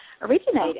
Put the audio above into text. originated